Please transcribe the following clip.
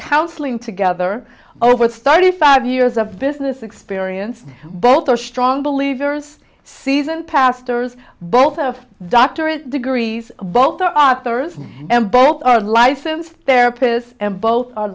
counseling together over the study five years of business experience both are strong believers seasoned pastors both of doctorate degrees both are authors and both are licensed therapist and both